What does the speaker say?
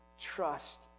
trust